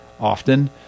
often –